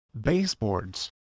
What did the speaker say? baseboards